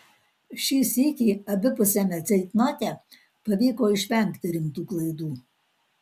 šį sykį abipusiame ceitnote pavyko išvengti rimtų klaidų